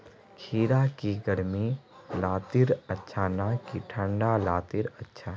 खीरा की गर्मी लात्तिर अच्छा ना की ठंडा लात्तिर अच्छा?